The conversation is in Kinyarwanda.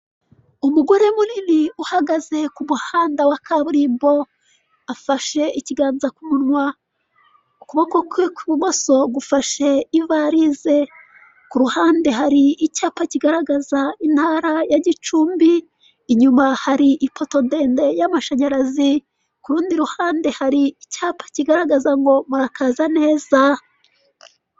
Umugore munini uhagaze ku muhanda wa kaburimbo, afashe ikiganza ku munwa, ukuboko kwe kw'ibumoso gufashe ivarize. Ku ruhande hari icyapa kigaragaza intara ya Gicumbi, inyuma hari ipoto ndende y'amashanyarazi, ku rundi ruhande hari icyapa kigaragaza ngo "murakaza neza".